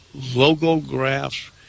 logographs